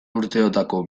urteotako